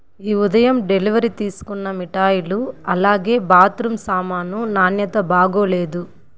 ఈ ఉదయం డెలివరీ తీసుకున్న మిఠాయిలు అలాగే బాత్రూమ్ సామాను నాణ్యత బాగోలేదు